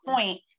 point